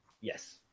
Yes